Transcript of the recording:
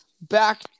back